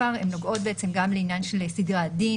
הן נוגעות גם לעניין של סדרי הדין,